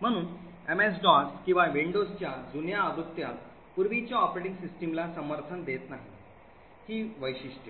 म्हणून MS DOS आणि विंडोजच्या जुन्या आवृत्त्या पूर्वीच्या ऑपरेटिंग सिस्टमला समर्थन देत नाहीत ही वैशिष्ट्ये